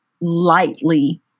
lightly